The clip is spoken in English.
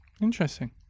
Interesting